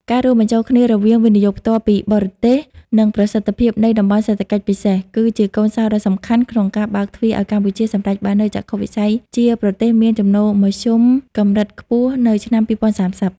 ការរួមបញ្ចូលគ្នារវាង វិនិយោគផ្ទាល់ពីបរទេស និងប្រសិទ្ធភាពនៃ តំបន់សេដ្ឋកិច្ចពិសេស គឺជាកូនសោរដ៏សំខាន់ក្នុងការបើកទ្វារឱ្យកម្ពុជាសម្រេចបាននូវចក្ខុវិស័យជាប្រទេសមានចំណូលមធ្យមកម្រិតខ្ពស់នៅឆ្នាំ ២០៣០។